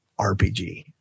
RPG